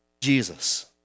Jesus